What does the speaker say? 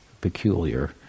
peculiar